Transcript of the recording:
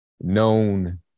known